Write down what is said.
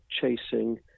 chasing